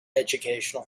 educational